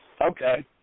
Okay